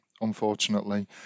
unfortunately